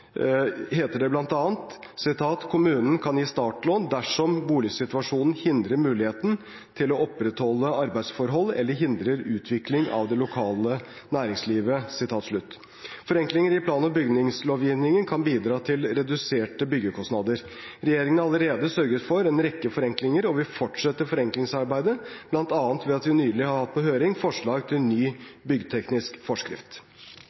kommunen kan gi startlån dersom «boligsituasjonen hindrer muligheten til å opprettholde arbeidsforhold, eller hindrer utviklingen av det lokale næringslivet». Forenklinger i plan- og bygningslovgivningen kan bidra til reduserte byggekostnader. Regjeringen har allerede sørget for en rekke forenklinger, og vi fortsetter forenklingsarbeidet, bl.a. ved at vi nylig har hatt på høring forslag til ny byggteknisk forskrift.